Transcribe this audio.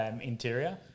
interior